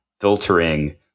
filtering